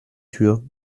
tür